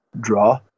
draw